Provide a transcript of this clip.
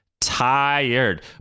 tired